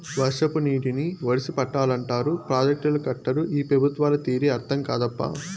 వర్షపు నీటిని ఒడిసి పట్టాలంటారు ప్రాజెక్టులు కట్టరు ఈ పెబుత్వాల తీరే అర్థం కాదప్పా